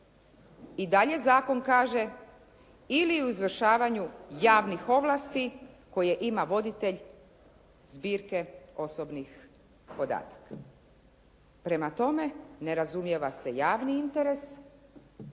I dalje zakon kaže ili u izvršavanju javnih ovlasti koje ima voditelj zbirke osobnih podataka. Prema tome, ne razumijeva se javni interes.